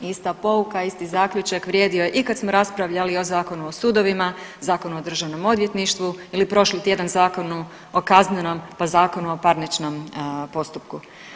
Ista pouka, isti zaključak je vrijedio i kad smo raspravljali o Zakonu o sudovima, Zakonu o državnom odvjetništvu ili prošli tjedan Zakonu o kaznenom, pa Zakonu o parničnom postupku.